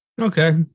Okay